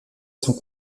sont